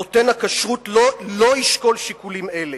נותן הכשרות לא ישקול שיקולים אלה: